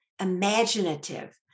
imaginative